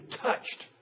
touched